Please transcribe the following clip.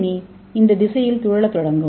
ஏ இந்த திசையில் சுழலத் தொடங்கும்